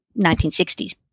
1960s